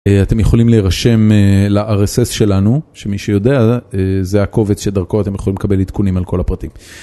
אתם יכולים להירשם ל-RSS שלנו, שמי שיודע זה הקובץ שדרכו אתם יכולים לקבל עדכונים על כל הפרטים.